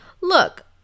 look